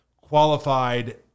qualified